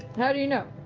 how do you know?